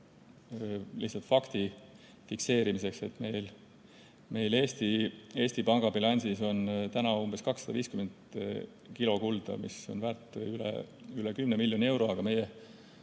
lihtsalt fakti fikseerimiseks meil Eesti Panga bilansis on täna umbes 250 kilo kulda, mis on väärt üle 10 miljoni euro, aga meie